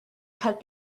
cut